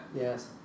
Yes